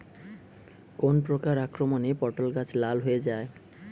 কোন প্রকার আক্রমণে পটল গাছ লাল হয়ে যায়?